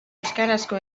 euskarazko